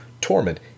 Torment